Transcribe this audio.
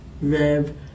Rev